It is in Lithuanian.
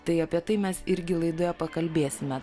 tai apie tai mes irgi laidoje pakalbėsime